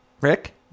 Rick